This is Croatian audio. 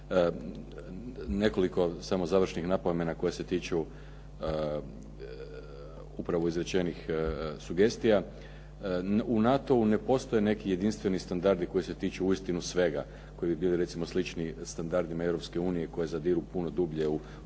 Nekoliko samo završnih napomena koje se tiču upravo izrečenih sugestija. U NATO-u ne postoje neki jedinstveni standardi koji se tiču uistinu svega, koji bi bili uistinu slični standardima Europske unije koji zadiru puno dublje u